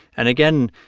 and, again,